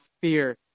fear